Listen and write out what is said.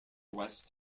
west